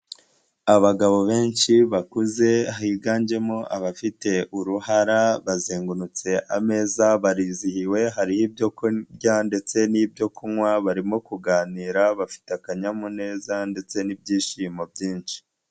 Abagabo benshi bakuze higanjemo abafite uruhara, bazengurutse ameza barizihiwe hari ibyo kurya ndetse n'ibyo kunywa barimo kuganira, bafite akanyamuneza ndetse n'ibyishimo byinshi.